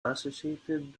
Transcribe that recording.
associated